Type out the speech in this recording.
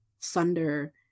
Thunder